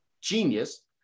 genius